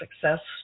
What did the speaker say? success